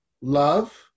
love